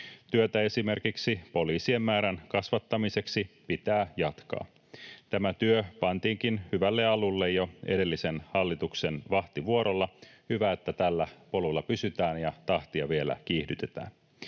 Työtä esimerkiksi poliisien määrän kasvattamiseksi pitää jatkaa. Tämä työ pantiinkin hyvälle alulle jo edellisen hallituksen vahtivuorolla, ja hyvä, että tällä polulla pysytään ja tahtia vielä kiihdytetään.